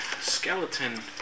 skeleton